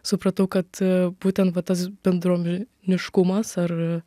supratau kad būtent va tas bendruomeniškumas ar